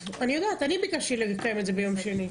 אני ביקשתי לקיים את זה ביום שני.